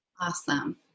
Awesome